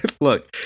Look